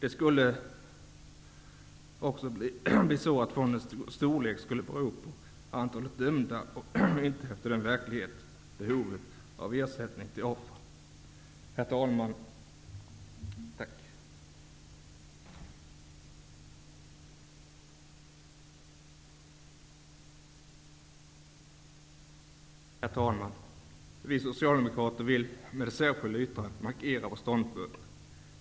Det skulle också bli så att fondens storlek skulle vara beroende av antalet dömda och inte av det verkliga behovet av ersättning till brottsoffren. Herr talman! Vi socialdemokrater vill med det särskilda yttrandet markera vår ståndpunkt.